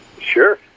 Sure